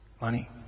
Money